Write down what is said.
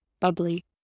bubbly